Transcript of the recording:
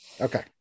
Okay